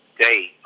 day